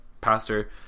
Pastor